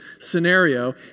scenario